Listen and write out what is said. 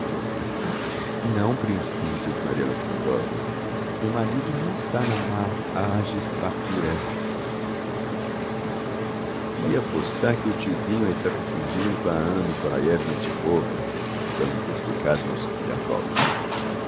não principe diz maria alexandrovna meu marido não está na ma a gistratura iá apostar que o tiozinho a está confundido com a anna nikolaievna antipova exclama o perspicaz mozgliakov